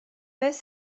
beth